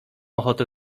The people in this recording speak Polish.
ochotę